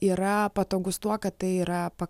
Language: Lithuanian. yra patogus tuo kad tai yra pa